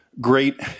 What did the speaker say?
great